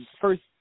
First